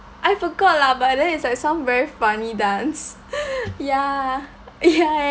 I forgot lah but then it's like some very funny dance ya ya